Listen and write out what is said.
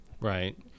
right